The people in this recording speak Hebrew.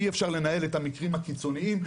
אי-אפשר לנהל את המקרים הקיצוניים.